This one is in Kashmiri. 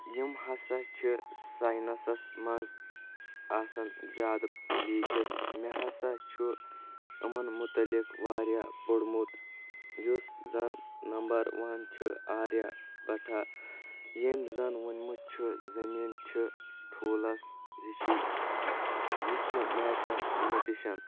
یِم ہسا چھ ساینسس منٛز آسان زیٛادٕ لیٖکھِتھ مےٚ ہسا چھُ أمن مُتعلِق واریاہ پوٚرمُت یُس زن نمبر ون چھ آریا بٹھا ییٚمۍ زن ووٚنمُت چھ زمیٖن چھ ٹھوٗلس ہشی یہِ چھ میتھا مِٹشن